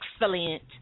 excellent